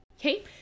Okay